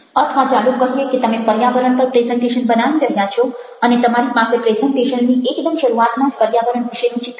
અથવા ચાlલો કહીએ કે તમે પર્યાવરણ પર પ્રેઝન્ટેશન બનાવી રહ્યા છો અને તમારી પાસે પ્રેઝન્ટેશનની એકદમ શરૂઆતમાં જ પર્યાવરણ વિશેનું ચિત્ર છે